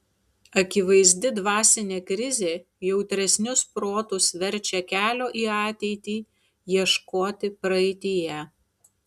akivaizdi dvasinė krizė jautresnius protus verčia kelio į ateitį ieškoti praeityje